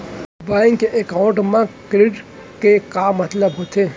Bank account मा credit के का मतलब होथे?